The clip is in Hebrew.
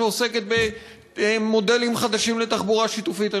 שעוסקת במודלים חדשים לתחבורה שיתופית.